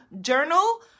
journal